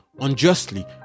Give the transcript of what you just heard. unjustly